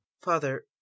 Father